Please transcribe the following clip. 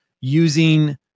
using